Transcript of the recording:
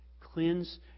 Cleanse